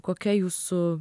kokia jūsų